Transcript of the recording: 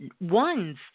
ones